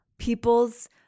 People's